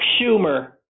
Schumer